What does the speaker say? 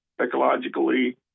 ecologically